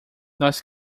nós